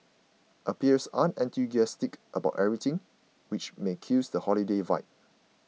appears unenthusiastic about everything which may kills the holiday vibe